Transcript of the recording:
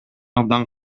абдан